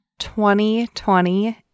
2020